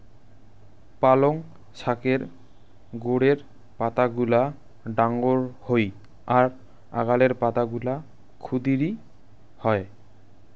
পালঙ শাকের গোড়ের পাতাগুলা ডাঙর হই আর আগালের পাতাগুলা ক্ষুদিরী হয়